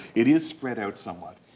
it is spread out somewhat,